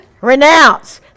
Renounce